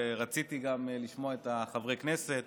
ורציתי גם לשמוע את חברי הכנסת,